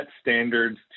standards